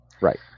right